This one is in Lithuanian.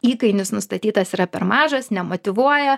įkainis nustatytas yra per mažas nemotyvuoja